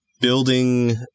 building